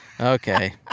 Okay